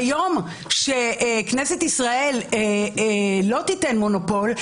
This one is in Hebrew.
ביום שבו כנסת ישראל לא תיתן מונופול,